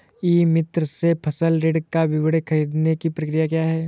ई मित्र से फसल ऋण का विवरण ख़रीदने की प्रक्रिया क्या है?